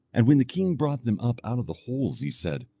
and when the king brought them up out of the holes he said,